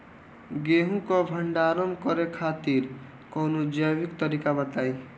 गेहूँ क भंडारण करे खातिर कवनो जैविक तरीका बताईं?